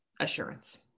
assurance